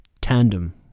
tandem